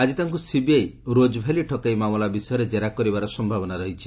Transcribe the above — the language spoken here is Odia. ଆଜି ତାଙ୍କୁ ସିବିଆଇ ରୋଜ୍ ଭ୍ୟାଲି ଠକେଇ ମାମଲା ବିଷୟରେ ଜେରା କରିବାର ସମ୍ଭାବନା ରହିଛି